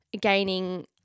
gaining